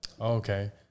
Okay